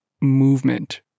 movement